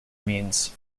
means